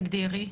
תגידי.